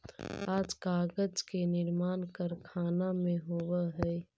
आज कागज के निर्माण कारखाना में होवऽ हई